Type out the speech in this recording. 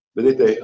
Vedete